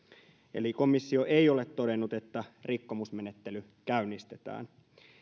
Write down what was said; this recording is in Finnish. komissio ei ole todennut että rikkomusmenettely käynnistetään